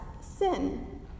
sin